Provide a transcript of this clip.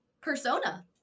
persona